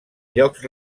llocs